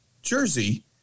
Jersey